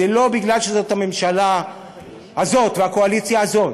זה לא, כי זאת הממשלה הזאת והקואליציה הזאת.